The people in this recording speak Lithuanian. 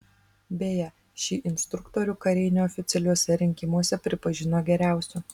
beje šį instruktorių kariai neoficialiuose rinkimuose pripažino geriausiu